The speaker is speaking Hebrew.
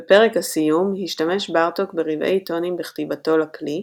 בפרק הסיום השתמש בארטוק ברבעי טונים בכתיבתו לכלי,